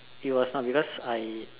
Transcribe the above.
you are some because I